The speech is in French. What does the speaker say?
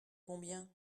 combien